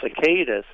cicadas